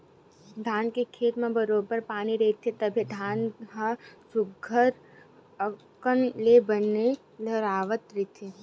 धान के खेत म बरोबर पानी रहिथे तभे धान ह सुग्घर अकन ले बने लहलाहवत रहिथे